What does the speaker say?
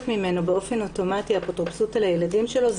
ממנו באופן אוטומטי אפוטרופסות על הילדים שלו,